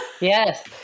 Yes